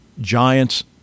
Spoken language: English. giants